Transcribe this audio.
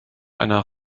einer